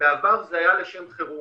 בעבר זה היה לשם חירום.